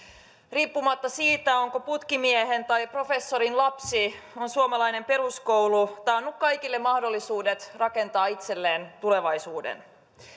riippumatta siitä onko putkimiehen vai professorin lapsi on suomalainen peruskoulu taannut kaikille mahdollisuudet rakentaa itselleen tulevaisuuden